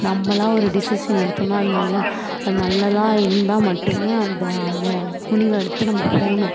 நம்மளாக ஒரு டிசிஷன் எடுத்தோம்னா அது நல்ல அது நல்லதாக இருந்தால் மட்டுமே அந்த அந்த முடிவை எடுத்து நம்ம போகணும்